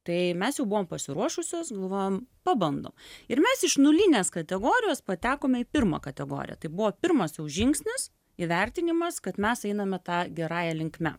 tai mes jau buvom pasiruošusios galvojam pabandom ir mes iš nulinės kategorijos patekome į pirmą kategoriją tai buvo pirmas jau žingsnis įvertinimas kad mes einame ta gerąja linkme